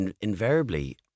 invariably